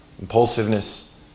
impulsiveness